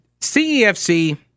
CEFC